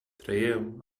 traieu